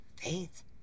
Faith